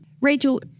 Rachel